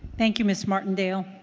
thank you, ms. martindale.